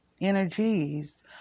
energies